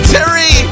Terry